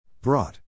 Brought